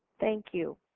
thank you.